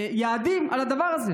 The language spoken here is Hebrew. יעדים על הדבר הזה?